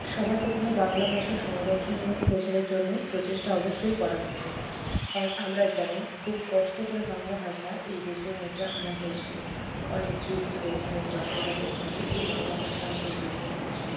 সবার প্রথমে বাংলা ভাষা সংরক্ষণ এবং প্রচারের জন্য প্রচেষ্টা অবশ্যই করা হচ্ছে কারণ আমরা জানি খুব কষ্ট করে বাংলা ভাষা এই দেশের মধ্যে আনা হয়েছিলো অনেক যুদ্ধ অনেক রক্তপাতের ফলে এই বাংলা ভাষা আমাদের জীবনে এসেছিলো